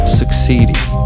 succeeding